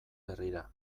herrira